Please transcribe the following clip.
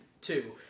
two